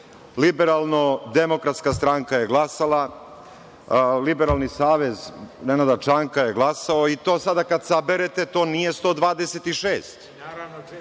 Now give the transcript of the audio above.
Liberalno-demokratska stranka je glasala, Liberalni savez Nenada Čanka je glasao i kada saberete to nije 126.